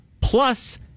Plus